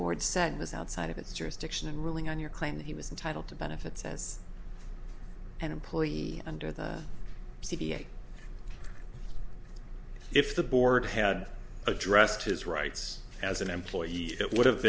board said was outside of its jurisdiction and ruling on your claim that he was entitled to benefits as an employee under the c p a if the board had addressed his rights as an employee it would have